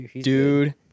Dude